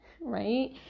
right